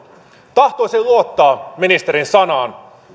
tahtoisin luottaa ministerin sanaan